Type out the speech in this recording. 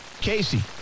Casey